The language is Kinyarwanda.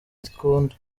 ikunda